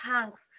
thanks